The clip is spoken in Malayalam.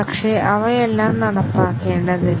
പക്ഷേ അവയെല്ലാം നടപ്പാക്കേണ്ടതില്ല